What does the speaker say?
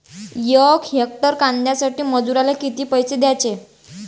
यक हेक्टर कांद्यासाठी मजूराले किती पैसे द्याचे?